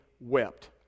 wept